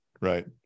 right